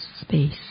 space